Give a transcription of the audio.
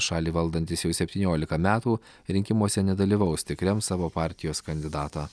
šalį valdantis jau septyniolika metų rinkimuose nedalyvaus tik rems savo partijos kandidatą